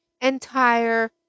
entire